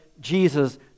Jesus